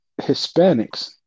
Hispanics